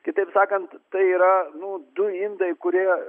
kitaip sakant tai yra nu du indai kurie